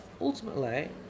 ultimately